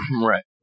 Right